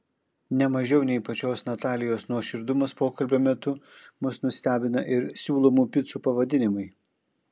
ne mažiau nei pačios natalijos nuoširdumas pokalbio metu mus nustebina ir siūlomų picų pavadinimai